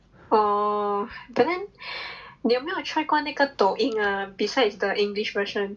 oh but then 你有没有 try 过那个抖音 ah besides the english version